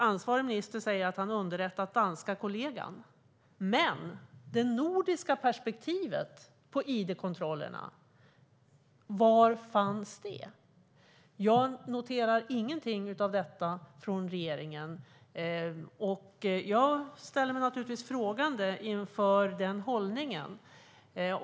Ansvarig minister säger också att han underrättat den danska kollegan. Men var fanns det nordiska perspektivet på id-kontrollerna? Jag noterar ingenting av detta från regeringen, och jag ställer mig naturligtvis frågande till den hållningen.